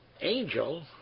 angel